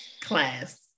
class